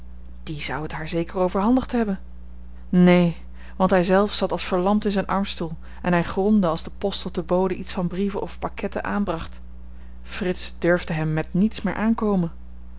die zou het haar zeker overhandigd hebben neen want hij zelf zat als verlamd in zijn armstoel en hij gromde als de post of de bode iets van brieven of pakketten aanbracht frits durfde hem met niets meer aankomen